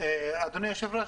אדוני היושב ראש,